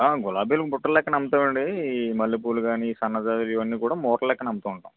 ఆ గులాబీలు బుట్ట ల్లెక్కన అమ్ముతామండీ ఈ మల్లెపువ్వులు కానీ సన్నజాజులు ఇవన్నీ కూడా మూరలెక్కన అమ్ముతా ఉంటాం